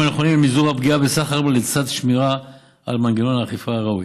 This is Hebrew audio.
הנכונים למזעור הפגיעה בסחר לצד שמירה על מנגנון האכיפה הראוי,